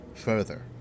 further